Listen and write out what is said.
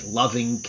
loving